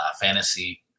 fantasy